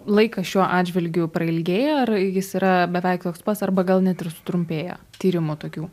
laikas šiuo atžvilgiu prailgėja ar jis yra beveik toks pats arba gal net ir sutrumpėja tyrimų tokių